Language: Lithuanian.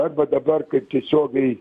arba dabar kaip tiesiogiai